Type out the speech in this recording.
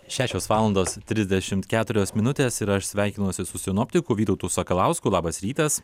šešios valandos trisdešim keturios minutės ir aš sveikinuosi su sinoptikų vytautu sakalausku labas rytas